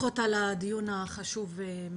ברכות על הדיון החשוב מאוד.